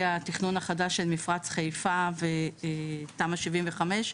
התכנון החדש של מפרץ חיפה ותמ"א/ 75,